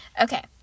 Okay